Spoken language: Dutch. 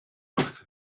acht